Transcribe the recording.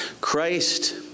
Christ